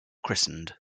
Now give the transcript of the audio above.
christened